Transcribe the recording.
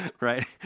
right